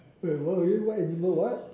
wait what again why animal what